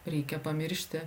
reikia pamiršti